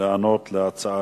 לענות על ההצעה